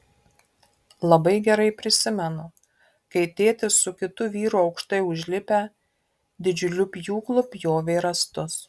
labai gerai prisimenu kai tėtis su kitu vyru aukštai užlipę didžiuliu pjūklu pjovė rąstus